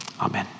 amen